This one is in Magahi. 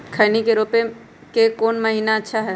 खैनी के रोप के कौन महीना अच्छा है?